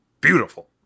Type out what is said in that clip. beautiful